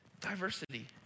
diversity